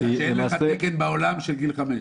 כי אין תקן בעולם עד גיל חמש.